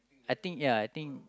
I think ya I think